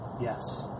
Yes